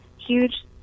huge